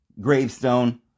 gravestone